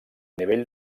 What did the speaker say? nivell